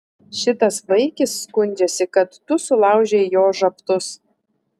šitas vaikis skundžiasi kad tu sulaužei jo žabtus